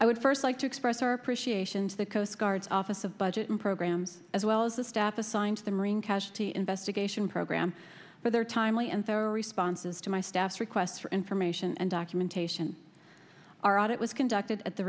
i would for like to express our appreciation to the coast guard's office of budget and program as well as the staff assigned to the marine casualties investigation program for their timely and for responses to my staff's requests for information and documentation our audit was conducted at the